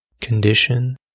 condition